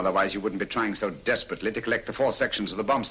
otherwise you wouldn't be trying so desperately to collect the four sections of the b